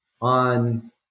on